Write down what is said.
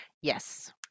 yes